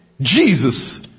Jesus